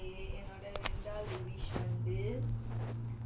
okay என்னோட ரெண்டாவது:enoda rendavathu wish வந்து:vandhu